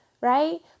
right